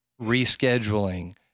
rescheduling